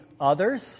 others